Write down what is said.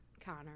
Connor